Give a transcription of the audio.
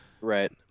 right